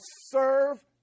serve